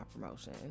promotion